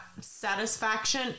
satisfaction